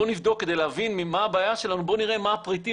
כדי להבין מה הבעיה שלנו: בואו נבדוק,